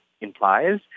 implies